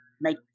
make